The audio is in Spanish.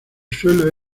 suelo